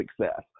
success